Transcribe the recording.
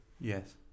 yes